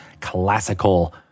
classical